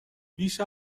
بیش